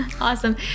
Awesome